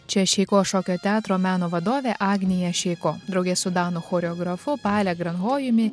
čia šeiko šokio teatro meno vadovė agnija šeiko drauge su danų choreografu pale granhojumi